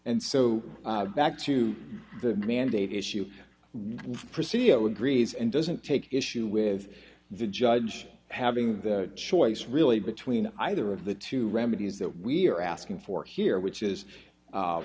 and so back to the mandate issue which prissy agrees and doesn't take issue with the judge having the choice really between either of the two remedies that we're asking for here which is